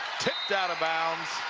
kicked out of bounds